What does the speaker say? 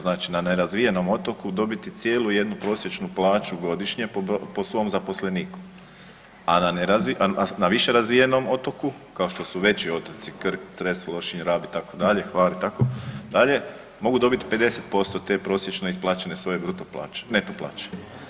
Znači na nerazvijenom otoku dobiti cijelu jednu prosječnu plaću godišnje po svom zaposleniku, a na više razvijenom otoku kao što su veći otoci Krk, Cres, Lošinji, Rab itd., Hvar itd., mogu dobiti 50% te prosječno isplaćene svoje bruto plaće, neto plaće.